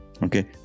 Okay